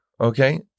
okay